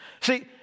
See